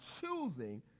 choosing